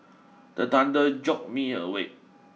the thunder jolt me awake